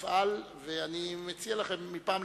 חשוב לי לציין